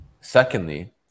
Secondly